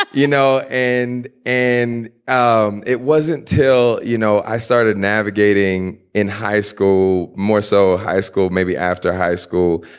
but you know, and and um it wasn't till, you know, i started navigating in high school more so high school maybe after high school,